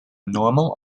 normal